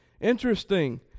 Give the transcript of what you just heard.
Interesting